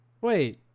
Wait